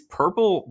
purple